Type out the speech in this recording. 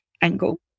angle